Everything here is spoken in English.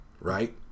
Right